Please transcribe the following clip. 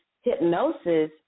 Hypnosis